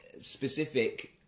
specific